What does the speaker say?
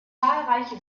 zahlreiche